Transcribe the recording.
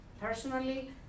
Personally